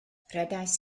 rhedais